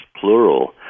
Plural